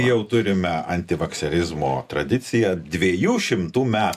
jau turime antivakserizmo tradiciją dviejų šimtų metų